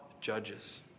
judges